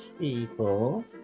people